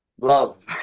Love